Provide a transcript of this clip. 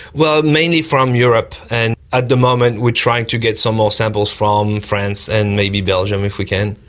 well, mainly from europe and at the moment we're trying to get some more samples from france and maybe belgium if we can.